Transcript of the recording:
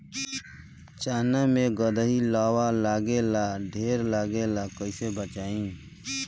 चना मै गधयीलवा लागे ला ढेर लागेला कईसे बचाई?